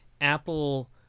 Apple